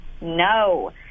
no